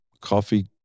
coffee